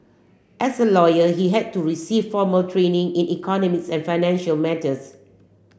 as a lawyer he had to receive formal training in economics and financial matters